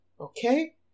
Okay